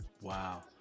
Wow